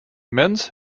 mens